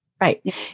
Right